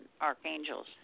archangels